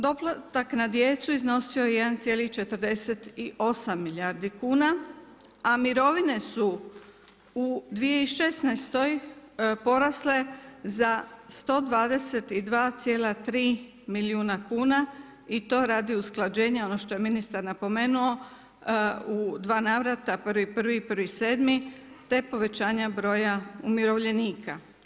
Doplatak na djecu iznosio je 1,48 milijardi kuna, a mirovine su u 2016. porasle za 122,3 milijuna kuna i to radi usklađenja, ono što je ministar napomenuo u dva navrata, 1.1 i 1.7., te povećanja broja umirovljenika.